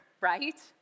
right